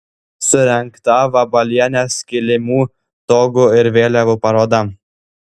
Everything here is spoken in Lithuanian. surengta vabalienės kilimų togų ir vėliavų paroda